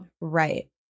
right